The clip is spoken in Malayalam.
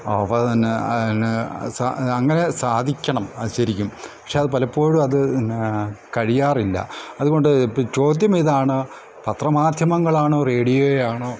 അങ്ങനെ സാധിക്കണം അത് ശരിക്കും പക്ഷെ അത് പലപ്പോഴും അത് എന്നാ കഴിയാറില്ല അതുകൊണ്ട് ചോദ്യമിതാണ് പത്രമാധ്യമങ്ങളാണോ റേഡിയോയാണോ